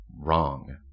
wrong